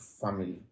family